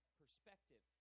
perspective